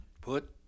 put